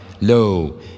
lo